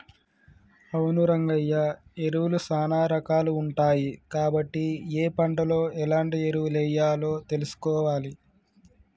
అవును రంగయ్య ఎరువులు సానా రాకాలు ఉంటాయి కాబట్టి ఏ పంటలో ఎలాంటి ఎరువులెయ్యాలో తెలుసుకోవాలి